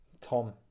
Tom